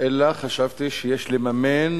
אלא חשבתי שיש לממן